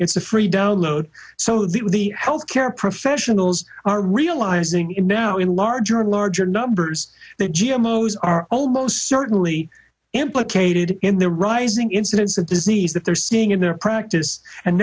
it's a free download so the health care professionals are realizing it now in larger and larger numbers than g m o's are almost certainly implicated in the rising incidence of disease that they're seeing in their practice and